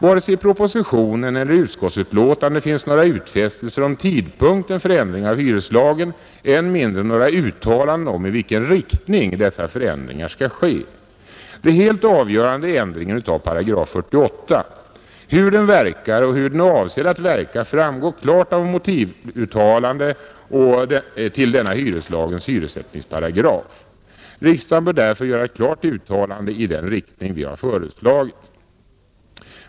Varken i propositionen eller i utskottsbetänkandet finns det några utfästelser om tidpunkten för ändring av hyreslagen, än mindre några uttalanden, om i vilken riktning dessa förändringar skall gå. Det helt avgörande är ändringen av 48 §. Hur den verkar och hur den är avsedd att verka framgår klart av motivuttalandena till denna hyreslagens hyressättningsparagraf. Riksdagen bör därför göra ett klart uttalande i den riktning vi föreslagit.